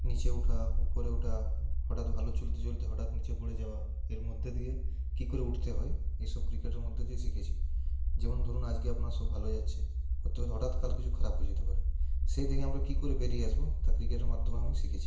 নীচে ওঠা উপরে ওঠা হঠাৎ ভালো চলতে চলতে হঠাৎ নীচে পড়ে যাওয়া এর মধ্যে দিয়ে কী করে উঠতে হয় এইসব ক্রিকেটের মধ্যে দিয়ে শিখেছি যেমন ধরুন আজকে আপনার সব ভালো যাচ্ছে করতে করতে হঠাৎ কাল কিছু খারাপ হয়ে যেতে পারে সেই থেকে আমরা কী করে বেরিয়ে আসবো তা ক্রিকেটের মাধ্যমে আমি শিখেছি